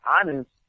honest